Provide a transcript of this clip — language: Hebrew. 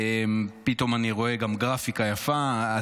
פתאום אני רואה גם גרפיקה יפה,